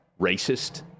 racist